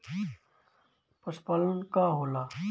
पशुपलन का होला?